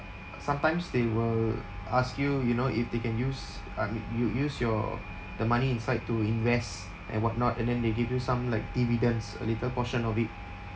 sometimes they will ask you you know if they can use uh mm u~ use your the money inside to invest and what not and then they give you some like dividends a little portion of it